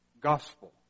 Gospel